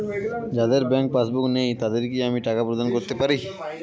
যাদের bank passbook নেই তাদের কি আমি টাকা প্রদান করতে পারি?